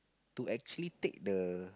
to actually take the